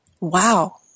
Wow